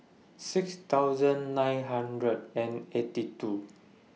six thousand nine hundred and eighty two